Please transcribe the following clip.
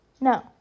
No